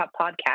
podcast